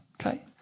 Okay